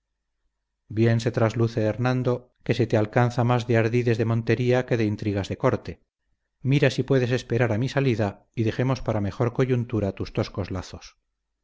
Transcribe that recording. bien se trasluce hernando que se te alcanza más de ardides de montería que de intrigas de corte mira si puedes esperar a mi salida y dejemos para mejor coyuntura tus toscos lazos